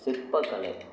சிற்பக்கலை